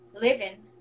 living